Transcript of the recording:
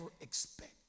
expect